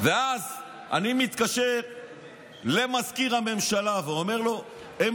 ואז אני מתקשר למזכיר הממשלה ואומר לו: הם